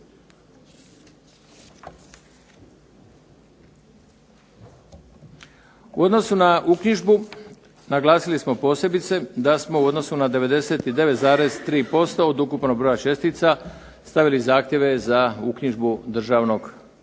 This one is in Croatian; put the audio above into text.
U odnosu na uknjižbu, naglasili smo posebice da smo u odnosu na 99,3% od ukupnog broja čestica stavili zahtjeve za uknjižbu državnog zemljišta